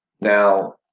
Now